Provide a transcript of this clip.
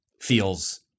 feels